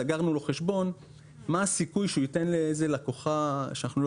סגרנו לו חשבון ומה הסיכוי שהוא ייתן לאיזו לקוחה שאנחנו לא